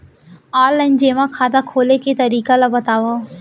Online जेमा खाता खोले के तरीका ल बतावव?